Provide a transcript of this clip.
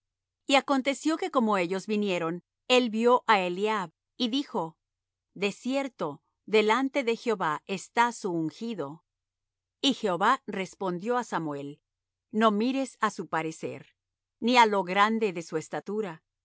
y aconteció que como ellos vinieron él vió á eliab y dijo de cierto delante de jehová está su ungido y jehová respondió á samuel no mires á su parecer ni á lo grande de su estatura